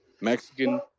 Mexican